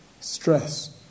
stress